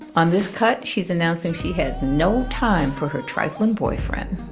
on this cut, she's announcing she has no time for her trifling boyfriend